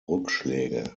rückschläge